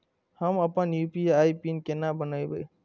हम अपन UPI PIN केना बनैब?